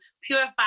purify